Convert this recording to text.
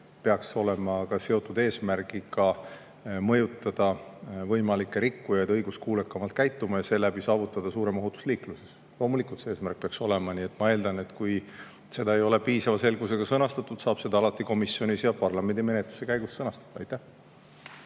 peaks olema seotud eesmärgiga mõjutada võimalikke rikkujaid õiguskuulekamalt käituma ja seeläbi saavutada suurem ohutus liikluses. Loomulikult see eesmärk peaks olema. Nii et ma eeldan, et kui seda ei ole piisava selgusega sõnastatud, siis saab seda alati komisjonis ja parlamendimenetluse käigus sõnastada. Arvo